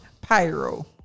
Pyro